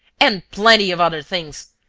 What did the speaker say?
and plenty of other things!